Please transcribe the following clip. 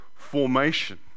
formation